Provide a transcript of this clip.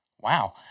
wow